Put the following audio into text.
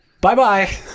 Bye-bye